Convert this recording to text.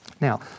Now